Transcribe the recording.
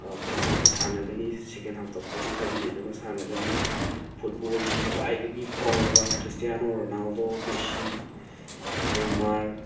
first half ꯁꯥꯟꯅꯒꯅꯤ second half forty five minutes ꯑꯃ ꯁꯥꯟꯅꯒꯅꯤ ꯐꯨꯠꯕꯣꯜꯒꯤ ꯈ꯭ꯋꯥꯏꯗꯒꯤ ꯐꯥꯎꯔꯕ ꯈ꯭ꯔꯤꯁꯇꯤꯌꯥꯅꯣ ꯔꯣꯅꯥꯜꯗꯣ ꯃꯦꯁꯤ ꯅꯦꯃꯥꯔ